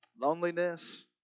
loneliness